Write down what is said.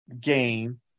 game